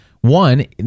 One